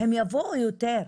הם יבואו יותר,